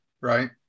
right